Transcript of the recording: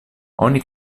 oni